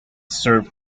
serve